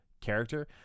character